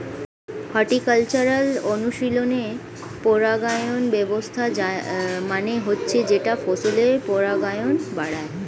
horticultural অনুশীলনে পরাগায়ন ব্যবস্থা মানে হচ্ছে যেটা ফসলের পরাগায়ন বাড়ায়